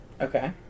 Okay